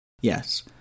Yes